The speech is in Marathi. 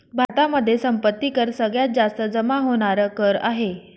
भारतामध्ये संपत्ती कर सगळ्यात जास्त जमा होणार कर आहे